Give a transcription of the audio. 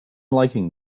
liking